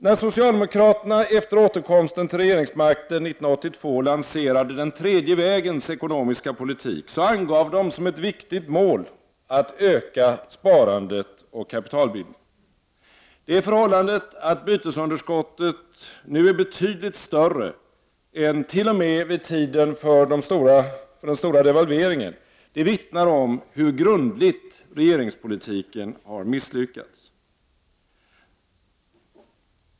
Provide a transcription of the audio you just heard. När socialdemokraterna efter återkomsten till regeringsmakten 1982 lanserade den tredje vägens ekonomiska politik, angav de som ett viktigt mål att öka sparandet och kapitalbildningen. Det förhållandet att bytesunderskottet nu är betydligt större än t.o.m. vid tiden för den stora devalveringen vittnar om hur grundligt regeringspolitiken har misslyckats.